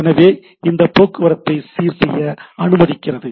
எனவே இது போக்குவரத்தை சீர் செய்ய அனுமதிக்கிறது